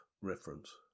reference